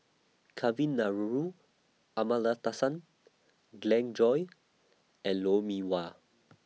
Kavignareru Amallathasan Glen Goei and Lou Mee Wah